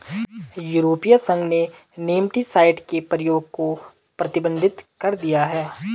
यूरोपीय संघ ने नेमेटीसाइड के प्रयोग को प्रतिबंधित कर दिया है